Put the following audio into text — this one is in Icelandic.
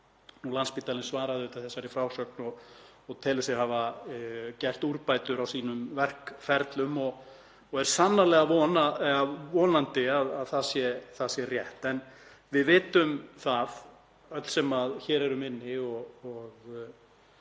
Landspítalinn svaraði þessari frásögn og telur sig hafa gert úrbætur á verkferlum sínum og er sannarlega vonandi að það sé rétt. En við vitum það öll sem hér erum inni og